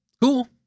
cool